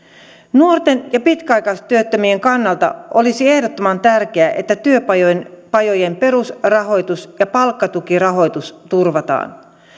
nuorten ja pitkäaikaistyöttömien kannalta olisi ehdottoman tärkeää että työpajojen työpajojen perusrahoitus ja palkkatukirahoitus turvataan